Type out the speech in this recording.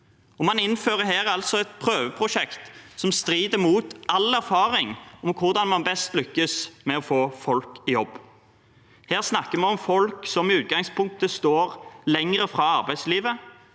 Man innfører her altså et prøveprosjekt som strider mot all erfaring med hvordan man best lykkes med å få folk i jobb. Her snakker vi om folk som i utgangspunktet står lenger fra arbeidslivet,